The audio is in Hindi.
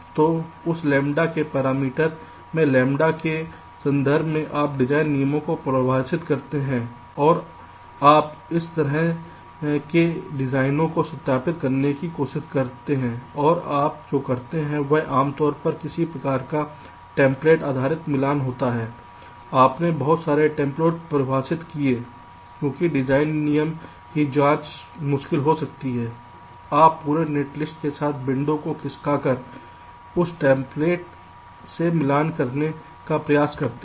तो उस लैम्ब्डा के पैरामीटर के लिम्बडा के संदर्भ में आप डिजाइन नियमों को परिभाषित करते हैं और आप इस तरह के डिजाइनों को सत्यापित करने की कोशिश करते हैं और आप जो करते हैं वह आमतौर पर किसी प्रकार का टेम्पलेट आधारित मिलान होता है आपने बहुत सारे टेम्प्लेट परिभाषित किए क्योंकि डिजाइन नियम की जाँच मुश्किल हो सकती है आप पूरे नेटलिस्ट के साथ विंडो को खिसकाकर उन टेम्प्लेट से मिलान करने का प्रयास करते हैं